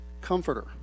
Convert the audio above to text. comforter